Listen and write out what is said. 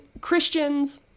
Christians